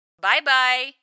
Bye-bye